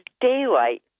daylight